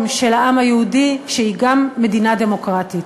של העם היהודי שהיא גם מדינה דמוקרטית.